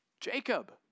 Jacob